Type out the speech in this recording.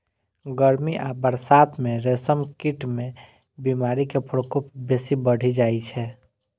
गर्मी आ बरसात मे रेशम कीट मे बीमारी के प्रकोप बेसी बढ़ि जाइ छै